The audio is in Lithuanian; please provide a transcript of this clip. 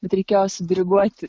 bet reikėjo sudiriguoti